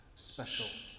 special